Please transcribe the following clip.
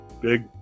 Big